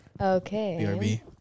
Okay